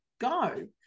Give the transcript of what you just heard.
go